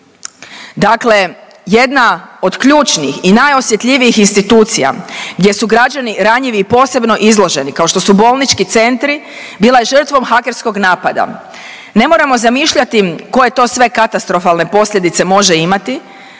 Dakle jedna od ključnih i najosjetljivijih institucija, gdje su građani ranjivi i posebno izloženi, kao što su bolnički centri, bila je žrtvom hakerskog napada. Ne moramo zamišljati koje to sve katastrofalne posljedice može imati,